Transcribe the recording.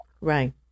Right